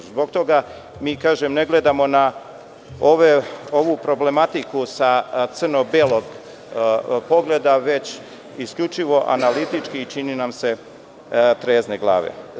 Zbog toga mi ne gledamo na ovu problematiku sa crno-belog pogleda, već isključivo analitički i, čini nam se, trezne glave.